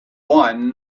one